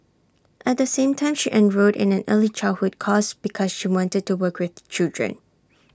at the same time she enrolled in an early childhood course because she wanted to work with children